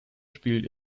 spielt